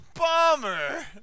Bomber